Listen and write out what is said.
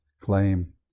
claim